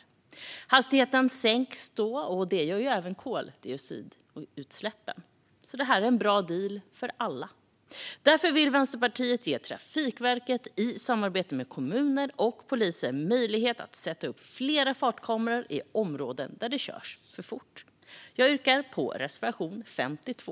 Med fartkameror sänks hastigheten. Det gäller även koldioxidutsläppen. Det är alltså bra för alla. Därför vill Vänsterpartiet ge Trafikverket möjlighet att i samarbete med kommunerna och polisen sätta upp fler fartkameror i områden där det körs för fort. Jag yrkar bifall till reservation 52.